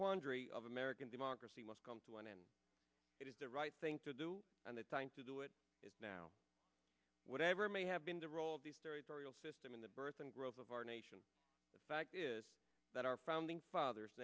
quandary of american democracy must come to an end it is the right thing to do and the time to do it is now whatever may have been the role of these aerial system in the birth and growth of our nation the fact is that our founding fathers